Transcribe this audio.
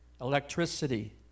electricity